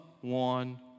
one